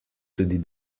tudi